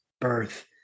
birth